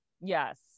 yes